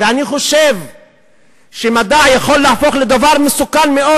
אני חושב שמדע יכול להפוך לדבר מסוכן מאוד.